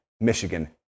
Michigan